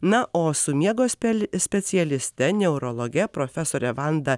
na o su miego spel specialiste neurologe profesore vanda